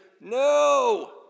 no